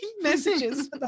messages